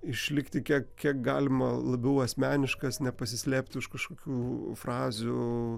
išlikti kiek kiek galima labiau asmeniškas nepasislėpsi už kažkokių frazių